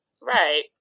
Right